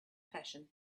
passion